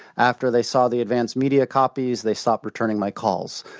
after they saw the advance media copies, they stopped returning my calls.